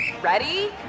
Ready